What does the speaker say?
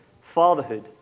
fatherhood